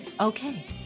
Okay